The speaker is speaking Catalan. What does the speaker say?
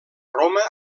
roma